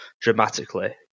dramatically